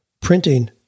printing